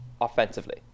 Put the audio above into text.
offensively